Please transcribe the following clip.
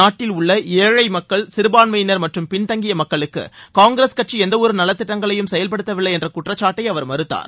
நாட்டில் உள்ள ஏழை மக்கள் சிறுபான்மையினர் மற்றும் பின்தங்கிய மக்களுக்கு காங்கிரஸ் கட்சி எந்தவொரு நலத்திட்டங்களையும் செயல்படுத்தவில்லை என்ற குற்றச்சாட்டை அவர் மறுத்தார்